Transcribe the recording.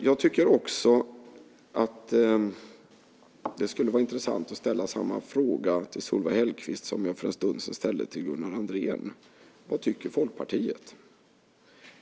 Jag tycker också att det skulle vara intressant att ställa samma fråga till Solveig Hellquist som jag för en stund sedan ställde till Gunnar Andrén. Vad tycker Folkpartiet?